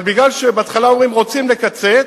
אבל בגלל שבהתחלה אומרים: רוצים לקצץ,